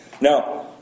Now